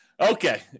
okay